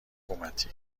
حکومتی